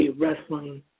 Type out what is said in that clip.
wrestling